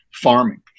farming